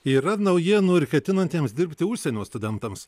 yra naujienų ir ketinantiems dirbti užsienio studentams